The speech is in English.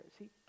See